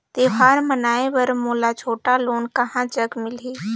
त्योहार मनाए बर मोला छोटा लोन कहां जग मिलही?